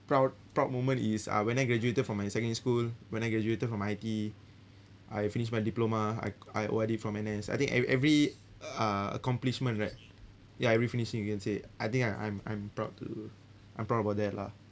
proud proud moment is uh when I graduated from my secondary school when I graduated from I_T_E I finish my diploma I I O_R_D from N_S I think every every uh accomplishment right ya every finishing you can say I think I'm I'm proud to I'm proud about that lah